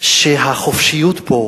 שהחופשיות פה